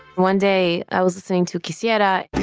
one day, i was listening to quisiera.